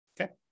Okay